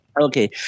Okay